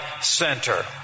Center